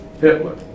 Hitler